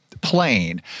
plane